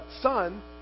son